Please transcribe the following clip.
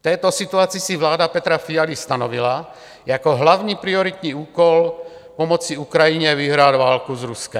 V této situaci si vláda Petra Fialy stanovila jako hlavní prioritní úkol pomoci Ukrajině vyhrát válku s Ruskem.